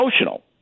emotional